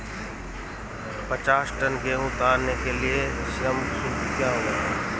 पचास टन गेहूँ उतारने के लिए श्रम शुल्क क्या होगा?